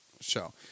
show